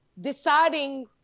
deciding